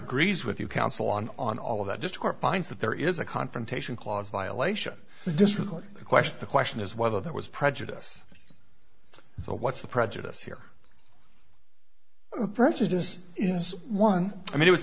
agrees with you counsel on on all of that just court finds that there is a confrontation clause violation to disregard the question the question is whether there was prejudice so what's the prejudice here prejudice is one i mean it